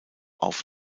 auf